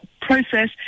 process